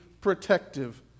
protective